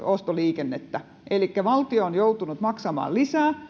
ostoliikennettä elikkä valtio on joutunut maksamaan lisää